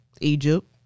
Egypt